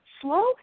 slow